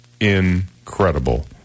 incredible